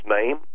name